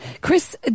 Chris